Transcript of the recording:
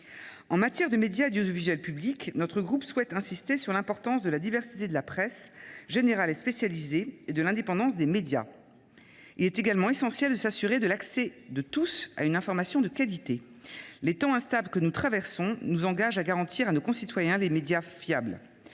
En matière de médias et d’audiovisuel public, notre groupe souhaite insister sur l’importance de la diversité de la presse, générale et spécialisée, et de l’indépendance des médias. Il est également essentiel de s’assurer de l’accès de tous à une information de qualité. Les temps instables que nous traversons nous engagent à garantir à nos concitoyens des médias fiables.